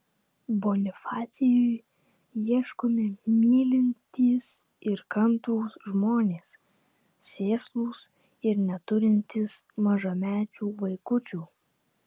bonifacijui ieškomi mylintys ir kantrūs žmonės sėslūs ir neturintys mažamečių vaikučių